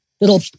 little